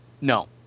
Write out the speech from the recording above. No